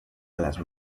alas